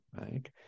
right